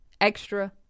extra